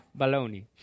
Baloney